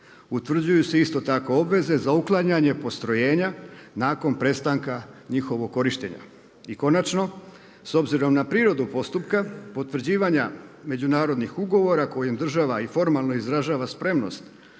Utvrđuju se isto tako obveze za uklanjanje postrojenja nakon prestanka njihovog korištenja. I konačno, s obzirom na prirodu postupka potvrđivanja međunarodnih ugovora kojim država i formalno izražava spremnost